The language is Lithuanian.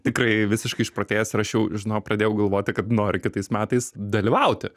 tikrai visiškai išprotėjęs ir aš jau žinok pradėjau galvoti kad noriu kitais metais dalyvauti